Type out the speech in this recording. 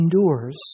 endures